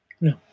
No